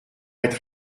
être